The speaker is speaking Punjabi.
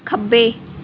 ਖੱਬੇ